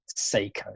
Seiko